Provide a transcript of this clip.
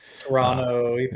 Toronto